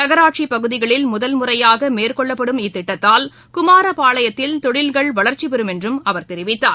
நகராட்சிப் பகுதிகளில் முதன் முறையாக மேற்கொள்ளப்படும் இத்திட்டத்தால் குமாரபாளையத்தில் தொழில்கள் வளர்ச்சி பெறும் என்றும் அவர் தெரிவித்தார்